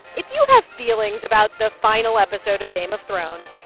if you have feelings about the final episode of game of thrones,